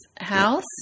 house